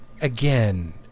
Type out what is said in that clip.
Again